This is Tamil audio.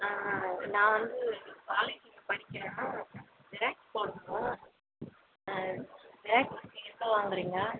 நான் வந்து காலேஜு படிக்கிறேன் ஜெராக்ஸ் போடணும் ஜெராக்ஸ்க்கு எவ்வளோ வாங்குறீங்க